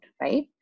right